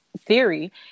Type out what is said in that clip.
theory